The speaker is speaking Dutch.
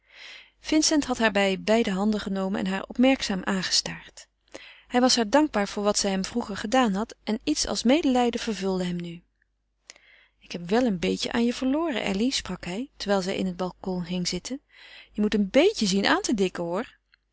vincent had haar bij beide handen genomen en haar opmerkzaam aangestaard hij was haar dankbaar voor wat zij hem vroeger gedaan had en iets als medelijden vervulde hem nu ik heb wel een beetje aan je verloren elly sprak hij terwijl zij in het balcon ging zitten je moet een beetje zien aan te